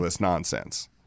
nonsense